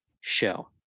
show